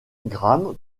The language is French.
diagramme